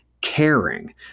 caring